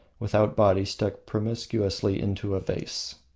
without body, stuck promiscuously into a vase.